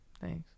Thanks